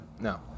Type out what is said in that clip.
No